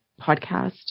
podcast